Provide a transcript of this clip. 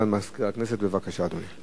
הודעה לסגן מזכירת הכנסת, בבקשה, אדוני.